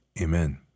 amen